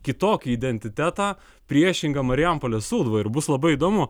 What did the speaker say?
kitokį identitetą priešinga marijampolės sūduvai ir bus labai įdomu